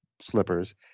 slippers